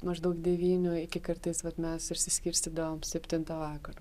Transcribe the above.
maždaug devynių iki kartais vat mes išsiskirstydavom septintą vakaro